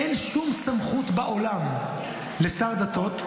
אין שום סמכות בעולם לשר דתות,